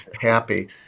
happy